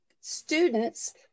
students